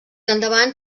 endavant